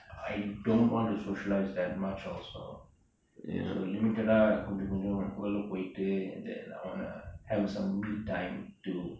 I don't want to socialize that much also so limited கொன்ஜொ கொன்ஜொ வெளிய போயிட்டு:konjo konjo veliya poyittu then I want to have some me time to